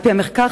על-פי המחקר,